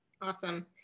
awesome